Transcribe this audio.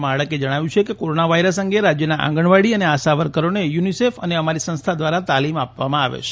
માડકે જણાવ્યું છે કે કોરોના વાયરસ અંગે રાજ્યના આંગણવાડી અને આશાવર્કરોને યુનિસેફ અને અમારી સંસ્થા દ્વારા તાલીમ આપવામાં આવે છે